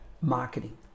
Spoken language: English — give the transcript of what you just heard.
marketing